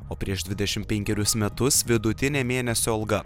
o prieš dvidešim penkerius metus vidutinė mėnesio alga